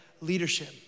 leadership